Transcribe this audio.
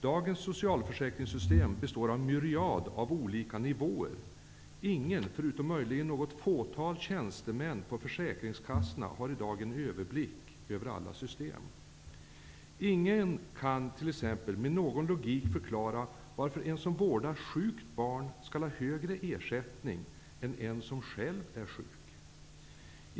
Dagens socialförsäkringssystem består av en myriad av olika nivåer. Ingen -- förutom möjligen något fåtal tjänstemän på försäkringskassorna -- har i dag en överblick över alla system. Ingen kan t.ex. med någon logik förklara varför den som vårdar sjukt barn skall ha högre ersättning än den som själv är sjuk.